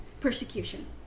persecution